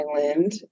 island